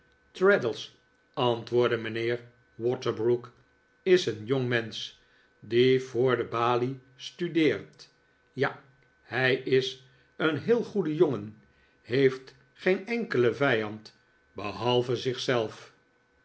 traddles antwoordde mijnheer waterbrook is een jongmensch die voor de balie studeert ja hij is een heel goede jongen heeft geen enkelen vijand behalve